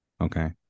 Okay